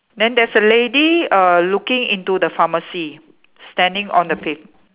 then there's a lady uh looking into the pharmacy standing on the pave